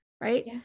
right